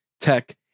tech